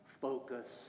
focus